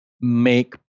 make